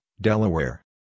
Delaware